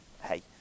hey